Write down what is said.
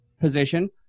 position